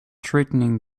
threatening